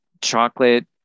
chocolate